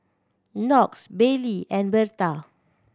Knox Bailey and Berta